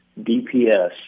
DPS